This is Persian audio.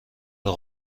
راه